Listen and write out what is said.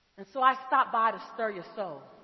and so i stopped by to stir your soul.